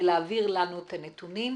ולהעביר לנו את הנתונים,